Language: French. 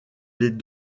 les